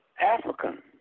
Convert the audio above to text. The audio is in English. African